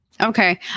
Okay